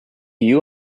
you